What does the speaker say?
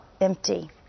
empty